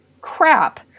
crap